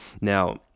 Now